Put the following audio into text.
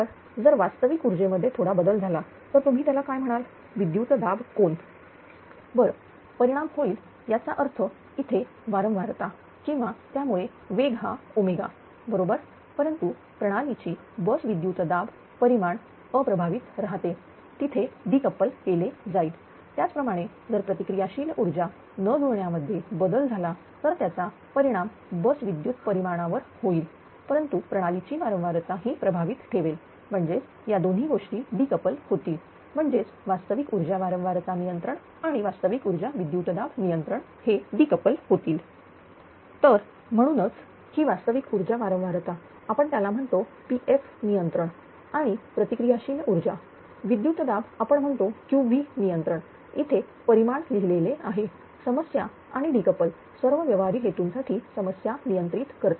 तर जर वास्तविक ऊर्जेमध्ये थोडा बदल झाला तर तुम्ही त्याला काय म्हणाल विद्युत दाब कोन बर परिणाम होईल याचा अर्थ इथे वारंवारता किंवा त्यामुळे वेग हा ओमेगा बरोबर परंतु प्रणालीची बस विद्युत दाब परिमाण अप्रभावित राहते तिथे डी कपल केले जाईल त्याच प्रमाणे जर प्रतिक्रिया शील ऊर्जा न जुळण्या मध्ये बदल झाला तर त्याचा परिणाम बस विद्युत परिमाणवर होईल परंतु प्रणालीची वारंवारता ही प्रभावित ठेवेल म्हणजेच या दोन गोष्टी डी कपल होतील म्हणजेच वास्तविक ऊर्जा वारंवारता नियंत्रण आणि वास्तविक ऊर्जा विद्युतदाब नियंत्रण हे डी कपल होतील तर म्हणूनच ही वास्तविक ऊर्जा वारंवारता आपण त्याला म्हणतो P f नियंत्रण आणि प्रतिक्रिया शील ऊर्जा विद्युत दाब आपण म्हणतो Qv नियंत्रण इथे परिमाण लिहिलेले आहे समस्या आणि डिकपल सर्व व्यवहारी हेतूंसाठी समस्या नियंत्रित करते